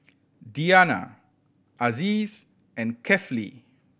Diyana Aziz and Kefli